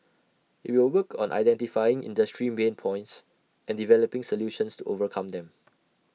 IT will work on identifying industry pain points and developing solutions to overcome them